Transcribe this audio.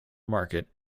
market